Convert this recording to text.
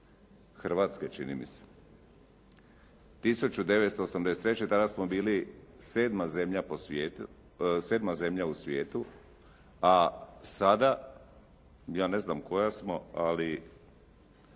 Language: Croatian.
Hrvatske čini mi se. 1983. tada smo bili 7. zemlja u svijetu, a sada ja ne znam koja smo ali